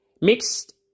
mixed